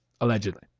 Allegedly